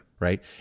right